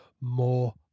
more